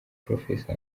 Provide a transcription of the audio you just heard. prof